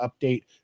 update